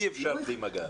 אי אפשר בלי מגע.